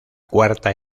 cuarta